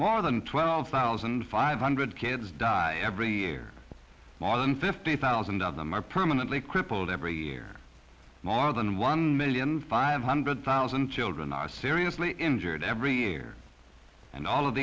more than twelve thousand five hundred kids die every year more than fifty thousand of them are permanently crippled every year more than one million five hundred thousand children are seriously injured every year and all of